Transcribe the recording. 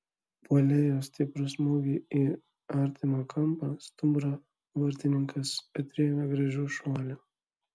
puolėjo stiprų smūgį į artimą kampą stumbro vartininkas atrėmė gražiu šuoliu